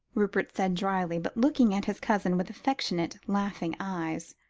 rupert said drily, but looking at his cousin with affectionate, laughing eyes.